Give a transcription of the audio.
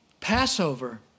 Passover